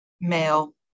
Male